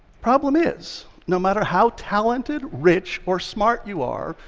problem is, no matter how talented, rich or smart you are,